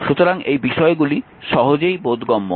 সুতরাং এই বিষয়গুলি সহজেই বোধগম্য